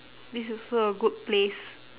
this also a good place